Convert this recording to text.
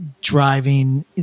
driving